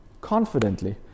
Confidently